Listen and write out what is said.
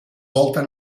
volta